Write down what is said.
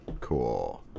Cool